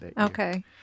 Okay